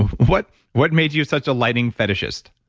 what what made you such a lightning fetishist?